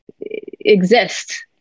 exist